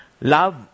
Love